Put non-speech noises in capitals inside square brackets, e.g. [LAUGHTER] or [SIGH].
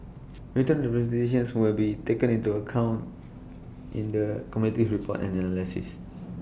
written representations will be taken into account [NOISE] in the committee's report and analysis